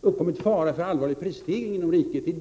uppkommit fara för allvarlig prisstegring inom riket.